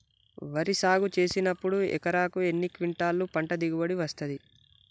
వరి సాగు చేసినప్పుడు ఎకరాకు ఎన్ని క్వింటాలు పంట దిగుబడి వస్తది?